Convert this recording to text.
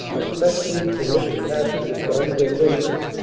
especially to permit the passage of guns and limbers.